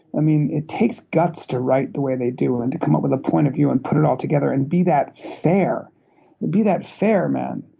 i mean it takes guts to write the way they do um and to come up with a point of view and put it all together, and be that fair to be that fair, man.